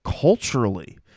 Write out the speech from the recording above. culturally